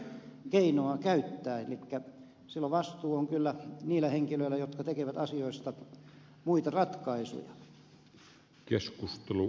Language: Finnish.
elikkä silloin vastuu on kyllä niillä henkilöillä jotka tekevät asioista muita ratkaisuja